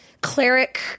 cleric